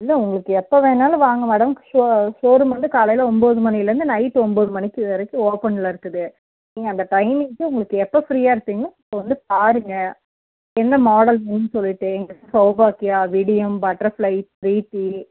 இல்லை உங்களுக்கு எப்போ வேணாலும் வாங்க டேம் ஷோ ஷோரூம் வந்து காலையில் ஒம்பது மணிலேருந்து நைட் ஒம்பது மணிக்கு வரைக்கும் ஓப்பனில் இருக்குது நீங்கள் அந்த டைமிங்க்கு உங்களுக்கு எப்போ ஃப்ரியாக இருப்பீங்களோ அப்போ வந்து பாருங்கள் எந்த மாடல் வேணுன்னு சொல்லிவிட்டு எங்கள்கிட்ட சௌபாக்கியா விடியம் பட்டர்ஃப்ளை ப்ரீத்தி